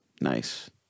Nice